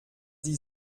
sie